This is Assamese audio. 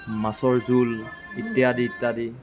মাছৰ জোল ইত্যাদি ইত্যাদি